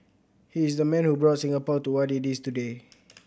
he is the man who brought Singapore to what it is today